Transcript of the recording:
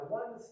one